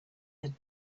him